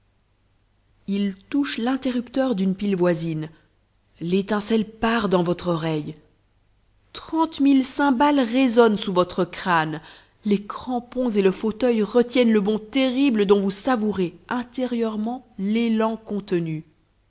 il touche l'interrupteur d'une pile voisine l'étincelle part dans votre oreille trente mille cymbales résonnent sous votre crâne les crampons et le fauteuil retiennent le bond terrible dont vous savourez intérieurement l'élan contenu